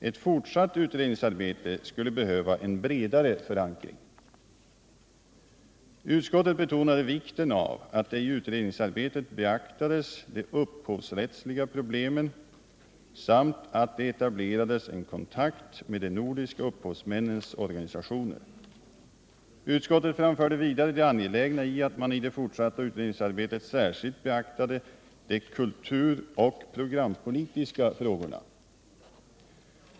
Ett fortsatt utredningsarbete skulle behöva en bredare förankring. Utskottet betonade vikten av att det i utredningsarbetet beaktades de upphovsrättsliga problemen samt att det etablerades en kontakt med de nordiska upphovsmännens organisationer. Utskottet framförde vidare det angelägna i att man i det fortsatta utredningsarbetet särskilt beaktade de kulturoch programpolitiska frågorna.